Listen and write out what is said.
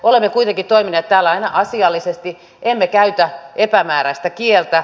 olemme kuitenkin toimineet täällä aina asiallisesti emme käytä epämääräistä kieltä